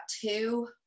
two